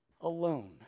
alone